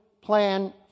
plan